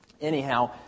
Anyhow